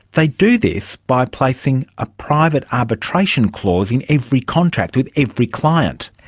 they do this by placing a private arbitration clause in every contract, with every client.